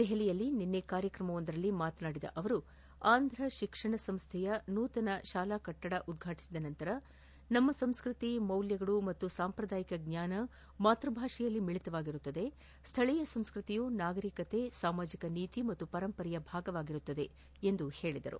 ದೆಹಲಿಯಲ್ಲಿ ನಿನ್ನೆ ಕಾರ್ಯಕ್ರಮವೊಂದರಲ್ಲಿ ಮಾತನಾಡಿದ ಅವರು ಆಂದ್ರ ಶಿಕ್ಷಣ ಸಂಸ್ಥೆಯ ನೂತನ ಶಾಲಾ ಕಟ್ಟಡ ಉದ್ಘಾಟಬದ ಅವರು ನಮ್ಮ ಸಂಸ್ಕೃತಿ ಮೌಲ್ಯಗಳು ಮತ್ತು ಸಂಪೂದಾಯಿಕ ಜ್ಞಾನ ಮಾತೃಭಾಷೆಯಲ್ಲಿ ಮಿಳಿತವಾಗಿರುತ್ತದೆ ಸ್ಥಳೀಯ ಸಂಸ್ಕೃತಿಯು ನಾಗರಿಕತೆ ಸಾಮಾಜಿಕ ನೀತಿ ಮತ್ತು ಪರಂಪರೆಯ ಭಾಗವಾಗಿರುತ್ತದೆ ಎಂದರು